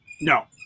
No